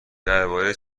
درباره